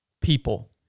people